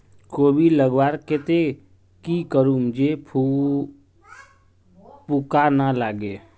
कोबी लगवार केते की करूम जे पूका ना लागे?